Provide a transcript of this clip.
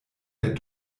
der